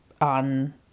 on